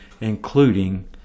including